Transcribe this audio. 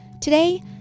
Today